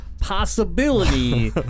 possibility